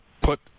put